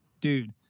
Dude